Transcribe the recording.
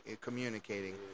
communicating